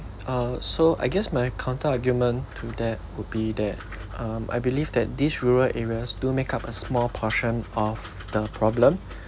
uh so I guess my counter argument to that would be that um I believe that these rural areas do make up a small portion of the problem